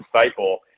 disciple